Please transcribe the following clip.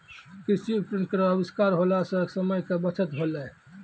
कृषि उपकरण केरो आविष्कार होला सें समय के बचत होलै